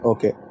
Okay